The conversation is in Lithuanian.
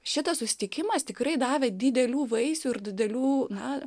šitas susitikimas tikrai davė didelių vaisių ir didelių na